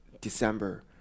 December